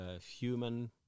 human